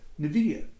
NVIDIA